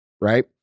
right